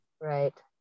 Right